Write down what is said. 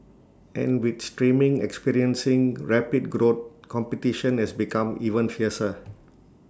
and with streaming experiencing rapid growth competition has become even fiercer